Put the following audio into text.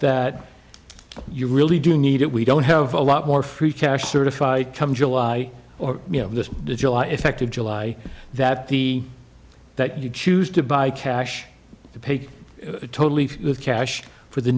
that you really do need it we don't have a lot more free cash certified come july or you know this july effective july that the that you choose to buy cash paid totally for cash for the